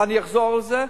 ואני אחזור על זה,